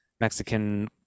Mexican